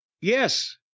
yes